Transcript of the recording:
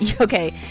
Okay